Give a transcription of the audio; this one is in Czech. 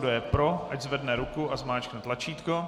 Kdo je pro, ať zvedne ruku a zmáčkne tlačítko.